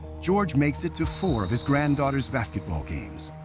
george makes it to four of his granddaughter's basketball games